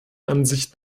ansicht